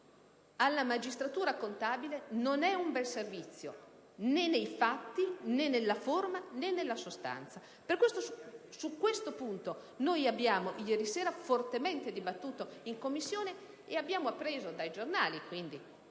alla magistratura contabile non è un bel servizio, né nei fatti, né nella forma, né nella sostanza. Per tale motivo su questo punto ieri sera abbiamo fortemente dibattuto in Commissione. Abbiamo poi appreso dai giornali - quindi,